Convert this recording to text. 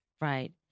Right